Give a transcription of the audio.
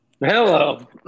Hello